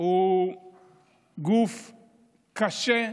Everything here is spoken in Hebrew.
היא גוף קשה,